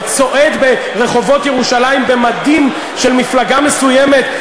וצועק ברחובות ירושלים במדים של מפלגה מסוימת,